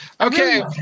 Okay